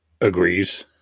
agrees